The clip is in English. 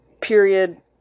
Period